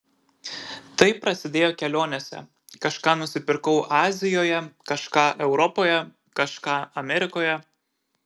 tai prasidėjo kelionėse kažką nusipirkau azijoje kažką europoje kažką amerikoje